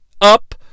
up